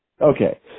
Okay